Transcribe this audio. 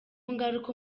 ngaruka